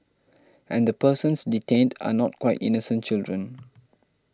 and the persons detained are not quite innocent children